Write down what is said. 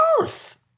earth